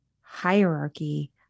hierarchy